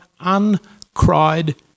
uncried